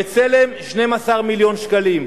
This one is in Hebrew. "בצלם" 12 מיליון שקלים,